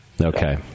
Okay